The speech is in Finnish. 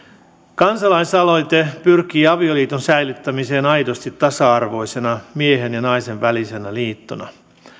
kansalaisaloite pyrkii avioliiton säilyttämiseen aidosti tasa arvoisena miehen ja naisen välisenä liittona